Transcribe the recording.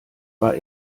war